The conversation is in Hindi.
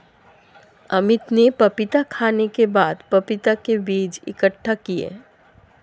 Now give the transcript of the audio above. अमित ने पपीता खाने के बाद पपीता के बीज इकट्ठा किए